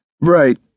Right